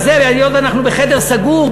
היות שאנחנו בחדר סגור,